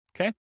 Okay